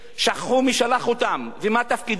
שכחו מי שלח אותם ומה תפקידם.